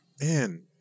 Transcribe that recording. Man